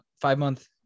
five-month